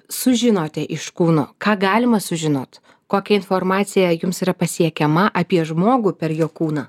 sužinote iš kūno ką galima sužinot kokia informacija jums yra pasiekiama apie žmogų per jo kūną